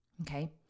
Okay